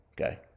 Okay